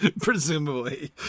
presumably